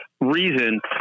reason